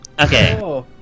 Okay